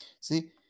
See